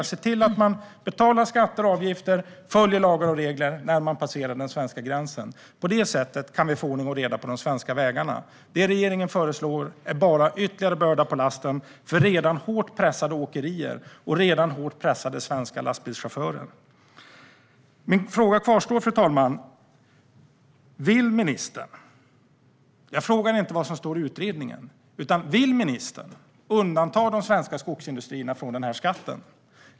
Vi måste se till att man betalar skatter och avgifter, följer lagar och regler när man passerar den svenska gränsen. På det sättet kan vi få ordning och reda på de svenska vägarna. Det som regeringen förslår är bara en ytterligare börda för redan hårt pressade åkerier och svenska lastbilschaufförer. Fru talman! Min fråga kvarstår. Jag frågar inte vad som står i utredningen, men vill ministern undanta de svenska skogsindustrierna från den här skatten?